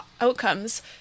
outcomes